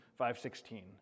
5.16